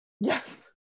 Yes